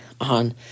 on